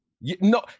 No